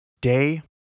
Day